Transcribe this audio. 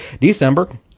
December